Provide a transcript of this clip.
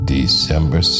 December